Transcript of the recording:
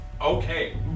Okay